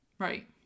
Right